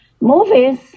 movies